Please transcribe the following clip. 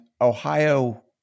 Ohio